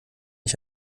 ich